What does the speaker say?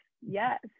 yes